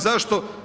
Zašto?